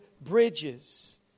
bridges